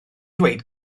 dweud